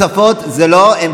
(חברת הכנסת אפרת רייטן יוצאת מאולם